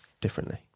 differently